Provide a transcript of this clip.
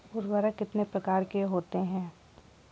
उर्वरक कितने प्रकार के होते हैं?